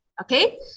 Okay